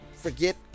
forget